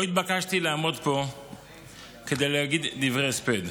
לא התבקשתי לעמוד פה כדי להגיד דברי הספד.